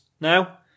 Now